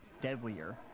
deadlier